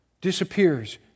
disappears